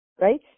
Right